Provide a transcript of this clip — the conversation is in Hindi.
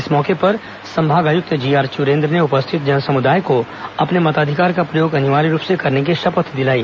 इस मौके पर संभाग आयुक्त जीआर चुरेन्द्र ने उपस्थित जनसमुदाय को अपने मताधिकार का प्रयोग अनिवार्य रूप से करने की शपथ दिलाई